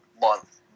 month